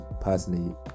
personally